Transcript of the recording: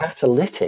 catalytic